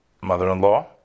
mother-in-law